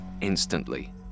instantly